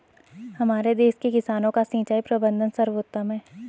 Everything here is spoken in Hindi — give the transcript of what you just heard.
हमारे देश के किसानों का सिंचाई प्रबंधन सर्वोत्तम है